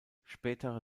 spätere